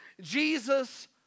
Jesus